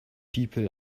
people